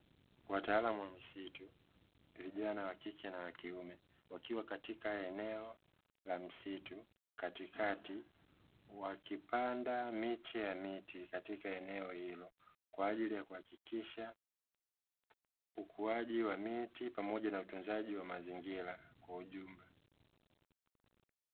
Wataalamu wa misitu vijana wa kike wa kiume, wakiwa katika eneo la msitu katikati, wakipanda miche ya miti katika eneo hilo, kwa ajili ya kuhakikisha ukuaji wa miti pamoja na utunzaji wa mazingira kwa ujumla.